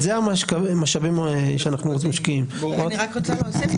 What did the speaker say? אני רוצה להוסיף.